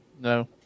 no